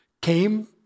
came